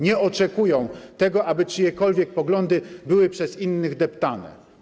Nie oczekują tego, aby czyjekolwiek poglądy były przez innych deptane.